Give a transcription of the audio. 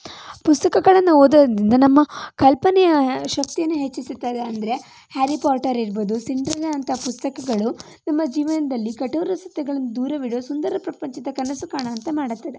ಪುಸ್ತಕಗಳನ್ನು ಓದೋದರಿಂದ ನಮ್ಮ ಕಲ್ಪನೆ ಶಕ್ತಿಯನ್ನು ಹೆಚ್ಚಿಸ್ತದೆ ಅಂದರೆ ಹ್ಯಾರಿ ಪಾಟರ್ ಇರ್ಬೋದು ಸಿಂಡ್ರೆಲಾ ಅಂಥ ಪುಸ್ತಕಗಳು ನಮ್ಮ ಜೀವನದಲ್ಲಿ ಕಠೋರ ಸತ್ಯಗಳನ್ನ ದೂರವಿಡುವ ಸುಂದರ ಪ್ರಪಂಚದ ಕನಸು ಕಾಣುವಂತೆ ಮಾಡುತ್ತದೆ